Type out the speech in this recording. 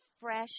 fresh